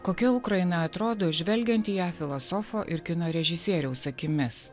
kokia ukraina atrodo žvelgiant į ją filosofo ir kino režisieriaus akimis